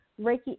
Reiki